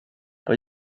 vad